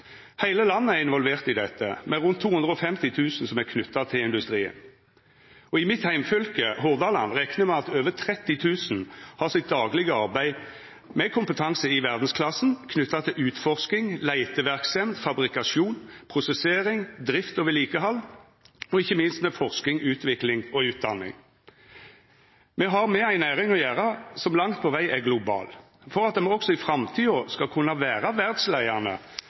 Heile landet er involvert i dette, med rundt 250 000 som er knytte til industrien. I mitt heimfylke, Hordaland, reknar me med at over 30 000 har sitt daglege arbeid – med kompetanse i verdsklasse – knytte til utforsking, leiteverksemd, fabrikasjon, prosessering, drift og vedlikehald, og ikkje minst med forsking, utvikling og utdanning. Me har med ei næring å gjera som langt på veg er global. For at me òg i framtida skal kunna vera verdsleiande